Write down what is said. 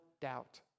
doubt